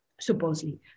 supposedly